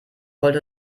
wollte